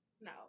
No